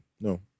no